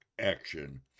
action